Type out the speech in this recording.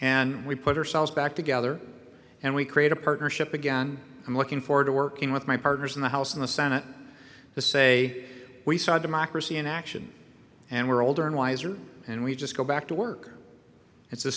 and we put ourselves back together and we create a partnership again i'm looking forward to working with my partners in the house and the senate to say we saw democracy in action and we're older and wiser and we just go back to work it's a